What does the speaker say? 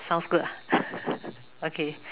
sounds good ah okay